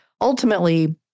ultimately